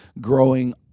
growing